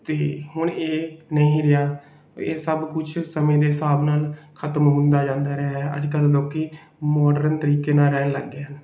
ਅਤੇ ਹੁਣ ਇਹ ਨਹੀਂ ਰਿਹਾ ਇਹ ਸਭ ਕੁਛ ਸਮੇਂ ਦੇ ਹਿਸਾਬ ਨਾਲ ਖ਼ਤਮ ਹੁੰਦਾ ਜਾਂਦਾ ਰਿਹਾ ਅੱਜ ਕੱਲ੍ਹ ਲੋਕ ਮੋਡਰਨ ਤਰੀਕੇ ਨਾਲ ਰਹਿਣ ਲੱਗ ਗਏ ਹਨ